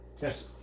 Yes